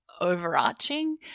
overarching